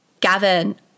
Gavin